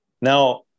Now